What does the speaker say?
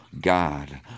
God